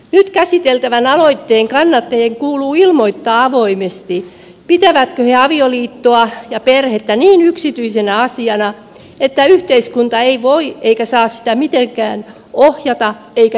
nyt käsiteltävän aloitteen kannattajien kuuluu ilmoittaa avoimesti pitävätkö he avioliittoa ja perhettä niin yksityisenä asiana että yhteiskunta ei voi eikä saa sitä mitenkään ohjata eikä säädellä